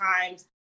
times